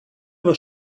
was